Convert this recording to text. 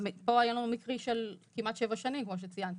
פה היה לנו מקרה של כמעט שבע שנים, כמו שציינתי.